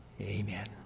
Amen